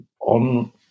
on